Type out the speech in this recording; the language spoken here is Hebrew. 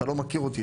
אתה לא מכיר אותי,